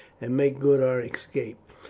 and make good our escape.